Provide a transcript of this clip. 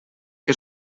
que